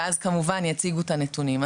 ואז כמובן יציגו את הנתונים.